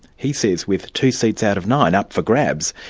he says with two seats out of nine up for grabs,